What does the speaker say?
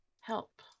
help